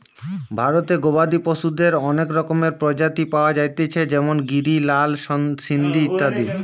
ভারতে গবাদি পশুদের অনেক রকমের প্রজাতি পায়া যাইতেছে যেমন গিরি, লাল সিন্ধি ইত্যাদি